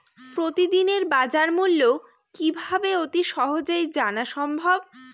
প্রতিদিনের বাজারমূল্য কিভাবে অতি সহজেই জানা সম্ভব?